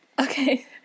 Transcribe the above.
okay